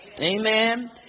Amen